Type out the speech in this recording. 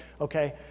okay